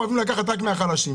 אוהבים לקחת רק מהחלשים.